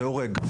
זה הורג.